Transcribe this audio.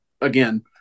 again